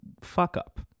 fuck-up